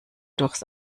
durchs